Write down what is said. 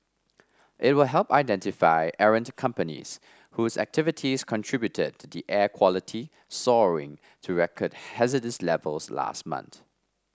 it will help identify errant companies whose activities contributed to the air quality soaring to record hazardous levels last month